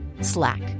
Slack